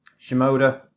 Shimoda